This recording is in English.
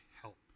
help